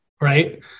right